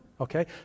okay